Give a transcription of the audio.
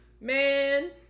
man